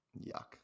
Yuck